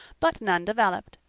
but none developed.